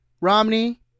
Romney